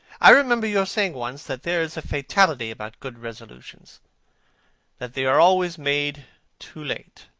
i remember your saying once that there is a fatality about good resolutions that they are always made too late.